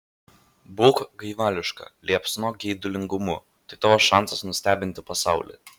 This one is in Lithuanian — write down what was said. būk gaivališka liepsnok geidulingumu tai tavo šansas nustebinti pasaulį